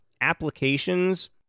applications